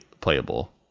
playable